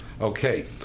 Okay